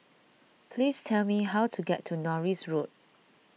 please tell me how to get to Norris Road